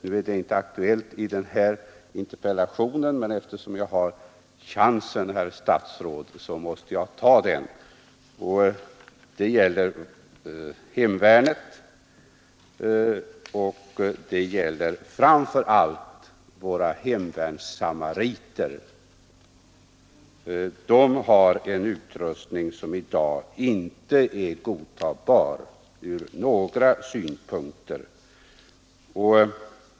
Det är inte aktuellt i den här interpellationsdebatten, men eftersom jag har chansen, herr statsråd, måste jag ta den. Jag tänker på hemvärnet, framför allt våra hemvärnssamariter. De har en utrustning som i dag inte är godtagbar ur några synpunkter.